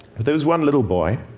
but there was one little boy,